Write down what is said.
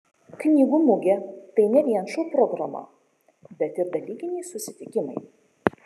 knygų mugė tai ne vien šou programa bet ir dalykiniai susitikimai